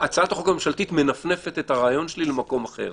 הצעת החוק הממשלתית מנפנפת את הרעיון שלי למקום אחר.